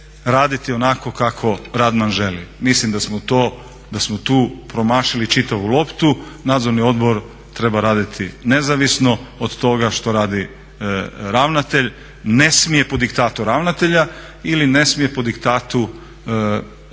raditi onako kako Radman želi. Mislim da smo tu promašili čitavu loptu. Nadzorni odbor treba raditi nezavisno od toga što radi ravnatelj, ne smije po diktatu ravnatelja ili ne smije po diktatu vlasti